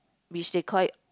which they call it